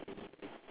ya